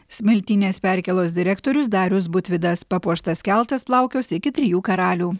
smiltynės perkėlos direktorius darius butvydas papuoštas keltas plaukios iki trijų karalių